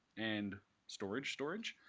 and storage, storage,